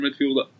midfielder